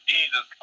Jesus